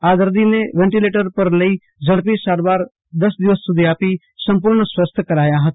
આ દર્દીને વેન્ટીલેટર પર લઈ ઝડપથી સારવાર દસ દિવસ સુધી આપી સંપૂર્ણ સ્વસ્થ કરાયા હતા